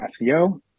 SEO